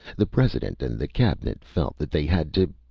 the president and the cabinet felt that they had to.